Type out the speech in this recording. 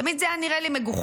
תמיד זה היה נראה לי מגוחך,